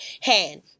hand